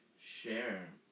share